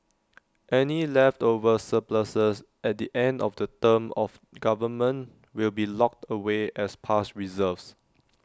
any leftover surpluses at the end of the term of government will be locked away as past reserves